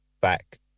back